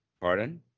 Pardon